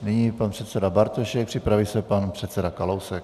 Nyní pan předseda Bartošek, připraví se pan předseda Kalousek.